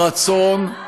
תסתכל טוב במראה.